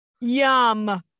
Yum